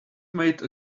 made